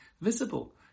visible